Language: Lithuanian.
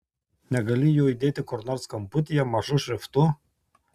negali jo įdėti kur nors kamputyje mažu šriftu